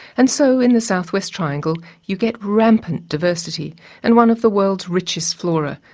and so in the southwest triangle you get rampant diversity and one of the world's richest flora,